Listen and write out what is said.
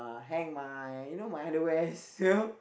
hang my you know my underwear you know